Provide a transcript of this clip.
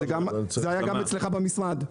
זה היה גם אצלך במשרד.